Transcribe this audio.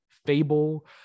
fable